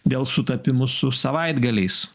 dėl sutapimų su savaitgaliais